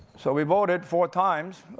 so we voted four times,